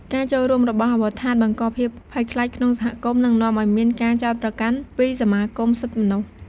ការចូលរួមរបស់អាវុធហត្ថ បង្កភាពភ័យខ្លាចក្នុងសហគមន៍ និងនាំឲ្យមានការចោទប្រកាន់ពីសមាគមសិទ្ធិមនុស្ស។